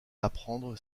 l’apprendre